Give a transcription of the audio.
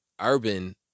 urban